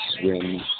swim